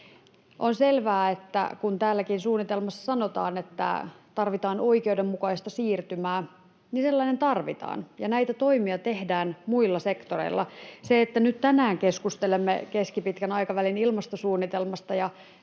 On selvää, että kun täälläkin suunnitelmassa sanotaan, että tarvitaan oikeudenmukaista siirtymää, niin sellainen tarvitaan, ja näitä toimia tehdään muilla sektoreilla. Se, että nyt tänään keskustelemme keskipitkän aikavälin ilmastosuunnitelmasta